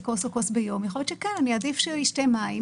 כוס או כוס ביום יכול להיות שאני אעדיף שהוא ישתה מים